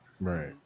Right